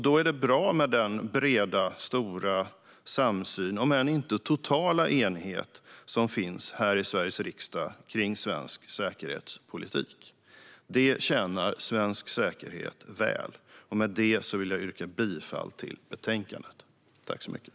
Då är det bra med den breda, stora samsyn - om än inte totala enighet - som finns här i Sveriges riksdag kring svensk säkerhetspolitik. Det tjänar svensk säkerhet väl. Med detta vill jag yrka bifall till utskottets förslag.